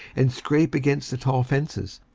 and scrape against the tall fences,